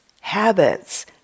habits